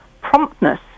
promptness